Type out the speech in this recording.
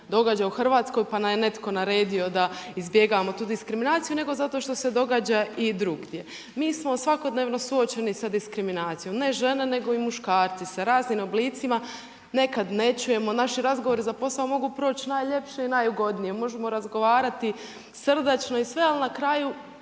događa u Hrvatskoj pa nam je netko naredio da izbjegavamo tu diskriminaciju nego zato što se događa i drugdje. Mi smo svakodnevno suočeni sa diskriminacijom, ne žene nego i muškarci sa raznim oblicima, nekad ne čujemo. Naši razgovori za posao mogu proći najljepše i najugodnije, možemo razgovarati srdačno i sve ali na kraju